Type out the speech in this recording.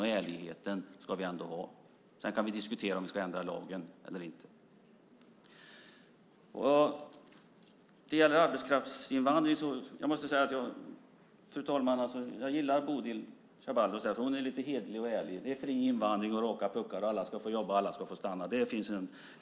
Jag tycker att vi ska ha den hederligheten och ärligheten. Sedan kan vi diskutera om vi ska ändra lagen. Jag gillar Bodil Ceballos. Hon är hederlig och ärlig. Det är fri invandring, raka puckar, alla ska få jobba och alla ska få stanna.